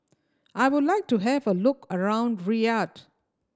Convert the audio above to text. I would like to have a look around Riyadh